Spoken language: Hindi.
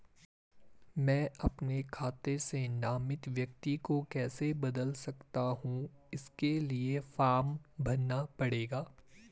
मैं अपने खाते से नामित व्यक्ति को कैसे बदल सकता हूँ इसके लिए फॉर्म भरना पड़ेगा?